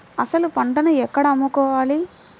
అసలు పంటను ఎక్కడ అమ్ముకోవాలి?